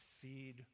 feed